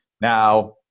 Now